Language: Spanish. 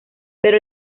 pero